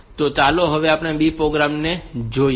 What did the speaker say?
તો ચાલો હવે આપણે બીજા પ્રોગ્રામ ને જોઈએ